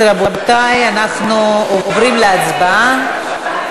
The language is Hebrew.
רבותי, אנחנו עוברים להצבעה.